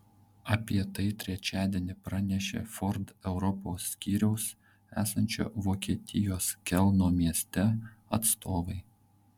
apie tai trečiadienį pranešė ford europos skyriaus esančio vokietijos kelno mieste atstovai